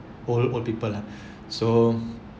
old old people lah so